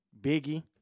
Biggie